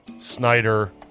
Snyder